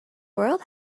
world